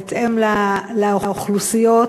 בהתאם לאוכלוסיות,